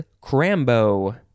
Crambo